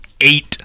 eight